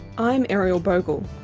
i'm ariel bogle.